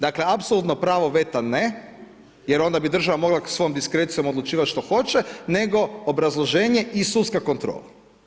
Dakle, apsolutno pravo veta ne, jer onda bi država mogla svojom diskrecijom odlučivati što hoće, nego obrazloženje i sudska kontrola.